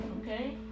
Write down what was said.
Okay